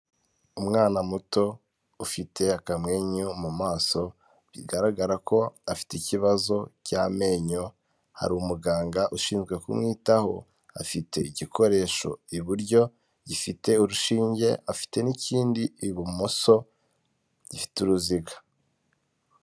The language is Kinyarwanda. Umwana muto ufite akamwenyu mu maso, bigaragara ko afite ikibazo cy'amenyo hari umuganga ushinzwe kumwitaho afite igikoresho iburyo, gifite urushinge afite n'ikindi ibumoso gifite uruziga.